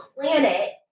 planet